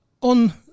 On